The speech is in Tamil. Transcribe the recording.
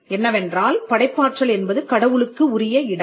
என்னவென்றால் படைப்பாற்றல் என்பது கடவுளுக்கு உரிய இடம்